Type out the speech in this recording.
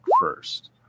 first